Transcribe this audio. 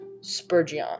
Spurgeon